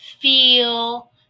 feel